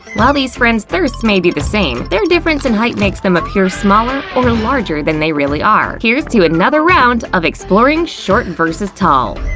while these friends' thirst may be the same, their difference in height makes items appear smaller or larger than they really are. here's to another round of exploring short vs tall!